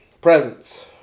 Presents